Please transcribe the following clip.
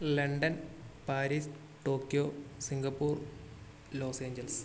London Paris Tokyo Singapore lo-angeles